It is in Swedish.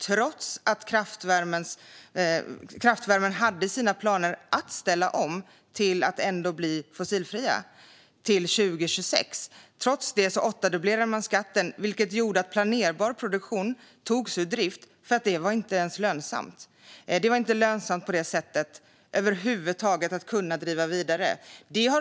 Trots att kraftvärmen planerades att ställa om till att bli fossilfri till 2026 åttadubblade man skatten, vilket gjorde att planerbar produktion togs ur drift. Det var över huvud taget inte lönsamt att driva den vidare.